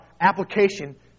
application